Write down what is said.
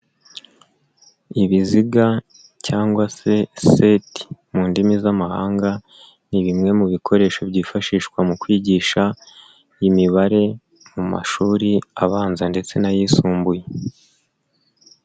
Ibiziga cyangwa se seti mu ndimi z'amahanga, ni bimwe mu bikoresho byifashishwa mu kwigisha imibare mu mashuri abanza ndetse n'ayisumbuye.